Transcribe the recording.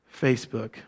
Facebook